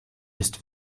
ist